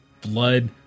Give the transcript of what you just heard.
Blood